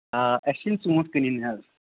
آ اَسہِ چھِ یِم ژوٗنٹھۍ کٕنٕنۍ حظ